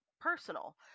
personal